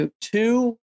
two